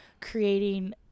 creating